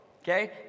Okay